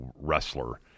wrestler